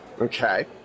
Okay